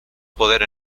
poder